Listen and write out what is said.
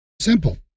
Simple